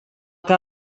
que